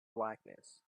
blackness